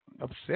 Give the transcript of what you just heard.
upset